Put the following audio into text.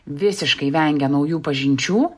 visiškai vengia naujų pažinčių